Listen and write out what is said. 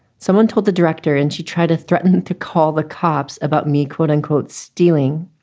someone told the director and she tried to threaten to call the cops about me, quote unquote, stealing.